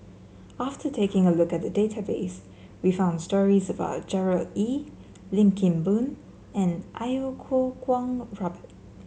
after taking a look at the database we found stories about Gerard Ee Lim Kim Boon and Iau Kuo Kwong Robert